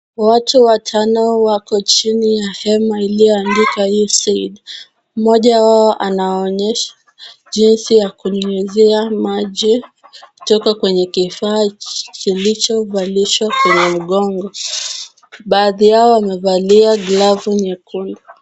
Watu watano wako chini ya hema iliyoandikwa USAID. Mmoja wao anawaonyesha jinsi ya kunyunyuzia maji kutoka kwenye kifaa kilichovalishwa kwenye mgongo. Baadhi yao wamevalia glavu nyekundu.